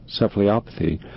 cephalopathy